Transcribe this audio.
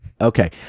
Okay